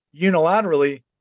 unilaterally